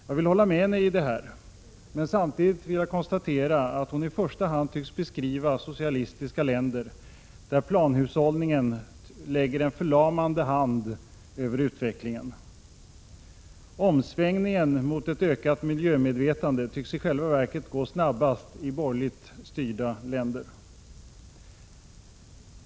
Jag håller med miljöministern om detta, men samtidigt vill jag konstatera att hon i första hand tycks beskriva socialistiska länder, där planhushållningen lägger en förlamande hand över utvecklingen. Omsvängningen mot ett ökat miljömedvetande tycks i själva verket gå snabbast i borgerligt styrda länder.